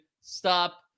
stop